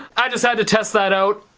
i just had to test that out.